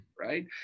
right